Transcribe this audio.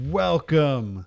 welcome